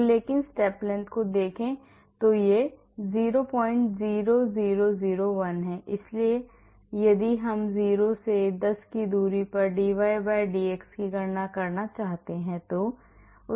तो लेकिन step length को देखें तो 00001 इसलिए यदि हम 0 से 10 की दूरी पर dydx की गणना करना चाहते हैं